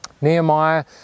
Nehemiah